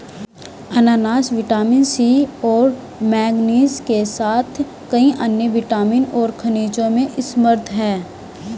अनन्नास vitamin C और manganese के साथ कई अन्य विटामिन और खनिजों में समृद्ध हैं